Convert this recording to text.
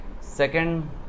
second